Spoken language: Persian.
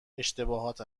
اشتباهات